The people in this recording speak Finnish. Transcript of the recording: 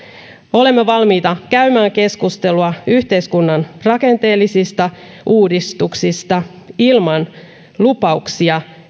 olemme valmiita käymään keskustelua yhteiskunnan rakenteellisista uudistuksista ilman lupauksia